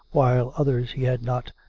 while others he had not,